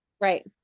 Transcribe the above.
Right